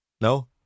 No